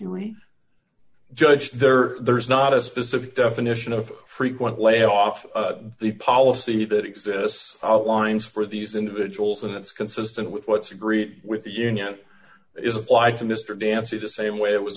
re judge there there's not a specific definition of frequent layoff the policy that exists outlines for these individuals and it's consistent with what's agreed with the union is applied to mr dancy the same way it was